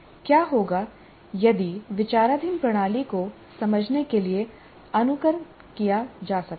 क्या होगा यदि विचाराधीन प्रणाली को समझने के लिए अनुकरण किया जा सकता है